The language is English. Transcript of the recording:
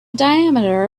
diameter